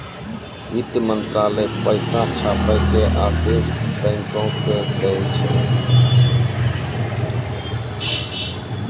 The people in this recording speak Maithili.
वित्त मंत्रालय पैसा छापै के आदेश बैंको के दै छै